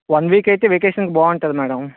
one week అయితే వెకేషన్కి బాగుంటుంది మ్యాడం